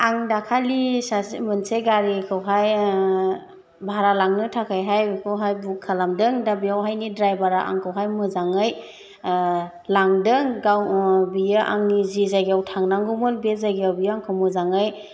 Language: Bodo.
आं दाखालि सासे मोनसे गारिखौहाय भारा लांनो थाखायहाय बेखौहाय बुक खालामदों दा बेवहायनि ड्राइभारा आंखौहाय मोजाङै लांदों गाव बियो आंनि जि जायगायाव थांनांगौमोन बे जायगायाव बे आंखौ मोजाङै